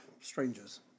strangers